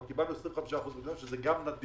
אבל קיבלנו 25%. אני חושב שזה גם נדיב.